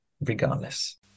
regardless